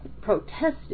protested